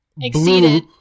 exceeded